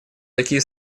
такие